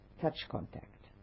touch-contact